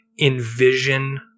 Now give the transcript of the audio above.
envision